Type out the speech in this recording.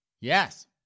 Yes